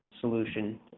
solution